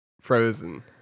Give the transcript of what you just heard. Frozen